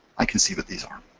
i can see what these are.